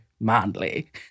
manly